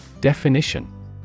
Definition